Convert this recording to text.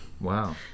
Wow